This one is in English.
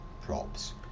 props